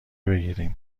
بگیریم